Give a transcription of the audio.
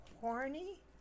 horny